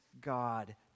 God